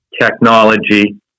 technology